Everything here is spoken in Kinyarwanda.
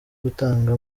gutanga